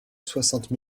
soixante